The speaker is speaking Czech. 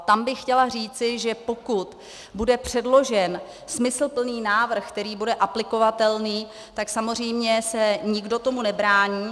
Tam bych chtěla říci, že pokud bude předložen smysluplný návrh, který bude aplikovatelný, tak samozřejmě se nikdo tomu nebrání.